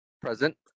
Present